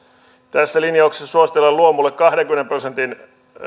tässä linjauksessa suositellaan luomulle kahdenkymmenen prosentin